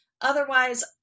otherwise